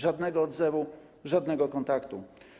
Żadnego odzewu, żadnego kontaktu.